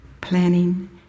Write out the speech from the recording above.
planning